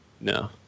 No